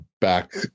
back